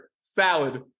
salad